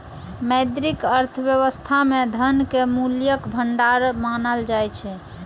मौद्रिक अर्थव्यवस्था मे धन कें मूल्यक भंडार मानल जाइ छै